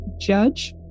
Judge